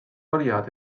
variat